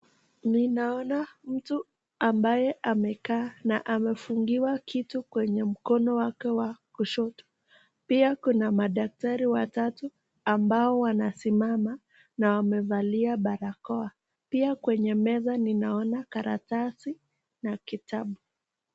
Ninaona mtu ambaye amekaa na amefungiwa kitu kwenye mkono wake wa kushoto, pia kuna madaktari watatu ambao wanasimama na wamevalia barakoa, pia kwenye meza ninaona karatasi na kitabu.